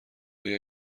آیا